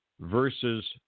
versus